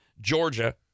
Georgia